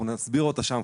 אנחנו נסביר אותה שם,